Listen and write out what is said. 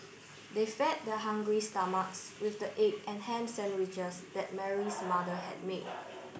they fed their hungry stomachs with the egg and ham sandwiches that Mary's mother had made